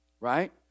Right